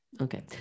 Okay